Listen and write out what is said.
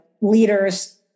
leaders